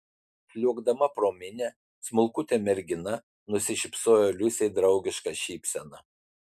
sliuogdama pro minią smulkutė mergina nusišypsojo liusei draugiška šypsena